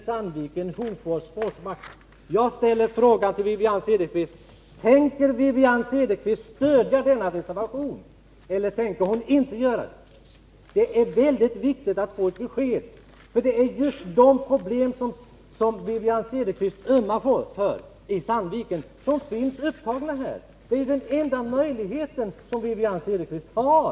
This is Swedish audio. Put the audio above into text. Sandviken, Hofors och Forsmark. Jag ställer frågan: Tänker Wivi-Anne Cederqvist stödja denna reservation eller inte? Det är väldigt viktigt att få ett besked, för just de problem som Wivi-Anne Cederqvist ömmar för i Sandviken finns upptagna där.